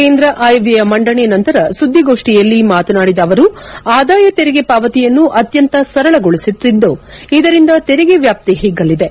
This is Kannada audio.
ಕೇಂದ್ರ ಆಯವ್ದಯ ಮಂಡನೆ ನಂತರ ಸುದ್ದಿಗೋಷ್ಠಿಯಲ್ಲಿ ಮಾತನಾಡಿದ ಅವರು ಆದಾಯ ತೆರಿಗೆ ಪಾವತಿಯನ್ನು ಅತ್ಯಂತ ಸರಳಗೊಳಿಸುತ್ತಿದ್ದು ಇದರಿಂದ ತೆರಿಗೆ ವ್ಯಾಪ್ತಿ ಹಿಗ್ಗಲಿದೆ